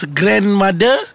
grandmother